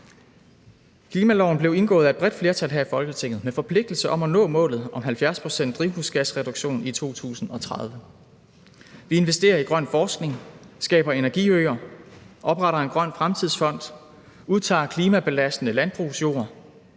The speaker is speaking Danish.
Klimaloven blev indgået af et bredt flertal her i Folketinget med forpligtelse om at nå målet om 70 procents drivhusgasreduktion i 2030. Vi investerer i grøn forskning, skaber energiøer, opretter en grøn fremtidsfond, udtager klimabelastende landbrugsjord,